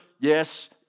yes